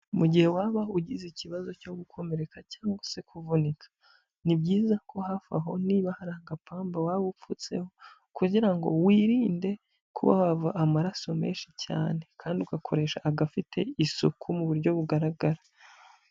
Mu gihe waba ugize ikibazo cyo gukomereka cyangwa se kuvunika, ni byiza ko hafi aho niba hari agapamba waba upfutseho, kugira ngo wirinde kuba wava amaraso menshi cyane, kandi ugakoresha agafite isuku mu buryo bugaragara.